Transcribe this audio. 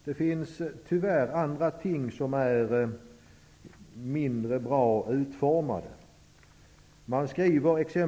Det finns tyvärr andra ting som är mindre bra utformade.